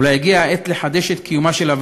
אולי הגיע העת לחדש את הוועדה,